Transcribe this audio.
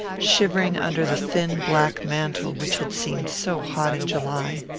shivering under the thin black mantle which had seemed so hot in july.